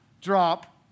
drop